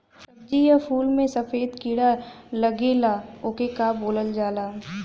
सब्ज़ी या फुल में सफेद कीड़ा लगेला ओके का बोलल जाला?